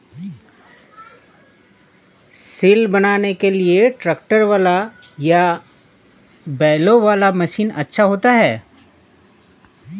सिल बनाने के लिए ट्रैक्टर वाला या बैलों वाला मशीन अच्छा होता है?